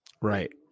Right